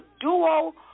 duo